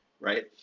right